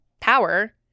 power